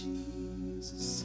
Jesus